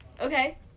Okay